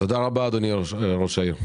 תודה רבה אדוני ראש העיר.